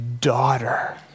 Daughter